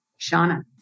Shauna